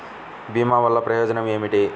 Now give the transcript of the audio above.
భీమ వల్లన ప్రయోజనం ఏమిటి?